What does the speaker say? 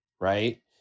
Right